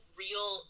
real